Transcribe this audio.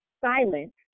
silent